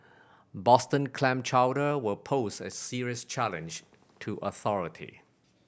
Boston clam chowder will pose a serious challenge to authority